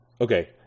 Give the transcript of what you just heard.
Okay